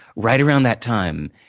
right around that time,